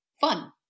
fun